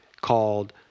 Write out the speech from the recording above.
called